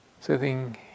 Sitting